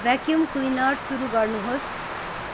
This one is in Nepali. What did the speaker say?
भ्याकुम क्लिनर सुरु गर्नुहोस्